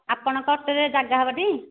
ଆପଣଙ୍କ ଅଟୋରେ ଜାଗା ହେବ ଟି